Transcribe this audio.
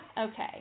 Okay